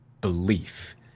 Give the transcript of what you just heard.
belief